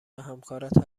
همکارت